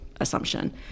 assumption